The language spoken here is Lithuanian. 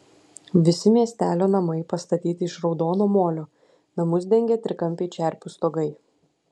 visi miestelio namai pastatyti iš raudono molio namus dengia trikampiai čerpių stogai